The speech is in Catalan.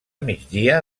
migdia